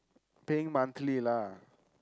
paying monthly lah